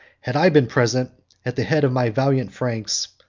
had i been present at the head of my valiant franks,